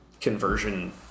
conversion